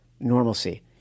Normalcy